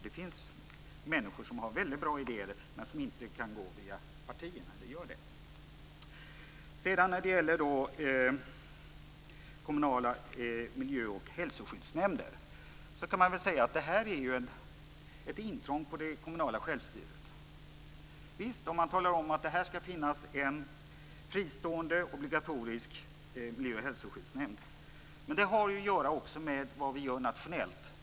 Det finns nämligen människor som har väldigt bra idéer men som inte går via partierna. När det gäller kommunala miljö och hälsoskyddsnämnder kan man väl säga att det är ett intrång i det kommunala självstyret om man talar om att det ska finnas en fristående obligatorisk miljö och hälsoskyddsnämnd. Men det har också att göra med vad vi gör nationellt.